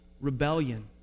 rebellion